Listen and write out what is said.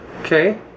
Okay